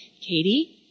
Katie